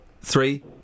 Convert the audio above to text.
Three